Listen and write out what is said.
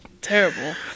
terrible